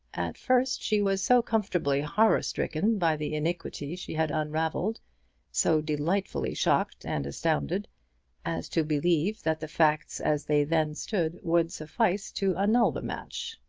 at first she was so comfortably horror-stricken by the iniquity she had unravelled so delightfully shocked and astounded as to believe that the facts as they then stood would suffice to annul the match.